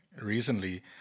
recently